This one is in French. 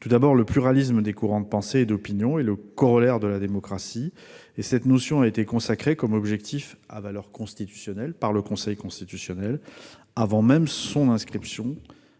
Tout d'abord, le pluralisme des courants de pensée et d'opinion est le corollaire de la démocratie. Cette notion a été consacrée comme objectif à valeur constitutionnelle par le Conseil constitutionnel, avant même son inscription